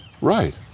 Right